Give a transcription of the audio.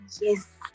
yes